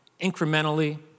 incrementally